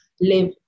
live